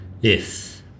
Yes